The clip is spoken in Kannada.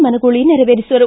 ಮನಗೂಳಿ ನೆರವೇರಿಸುವರು